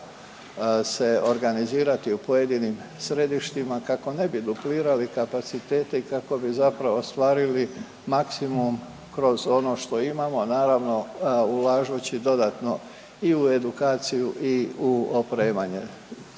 se organizirati u pojedinim središtima kako ne bi duplirali kapacitete i kako bi zapravo ostvarili maksimum kroz ono što imamo, a naravno ulažući dodatno i u edukaciju i u opremanje.